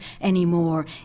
anymore